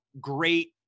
great